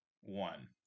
one